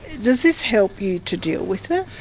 does this help you to deal with it?